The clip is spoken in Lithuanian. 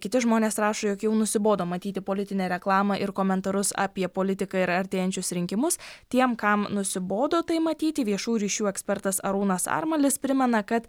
kiti žmonės rašo jog jau nusibodo matyti politinę reklamą ir komentarus apie politiką ir artėjančius rinkimus tiem kam nusibodo tai matyti viešųjų ryšių ekspertas arūnas armalis primena kad